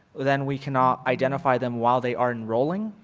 then we cannot identify them while they are enrolling?